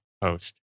post